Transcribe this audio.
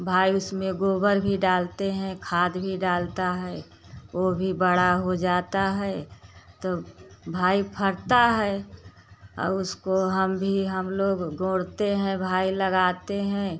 भाई उसमें गोबर भी डालते हैं खाद भी डालता है वो भी बड़ा हो जाता है तब भाई फरता है उसको हम भी हम लोग गोंड़ते हैं भाई लगाते हैं